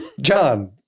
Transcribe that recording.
John